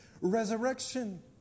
resurrection